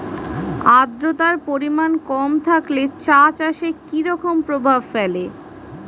আদ্রতার পরিমাণ কম থাকলে চা চাষে কি রকম প্রভাব ফেলে?